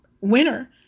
winner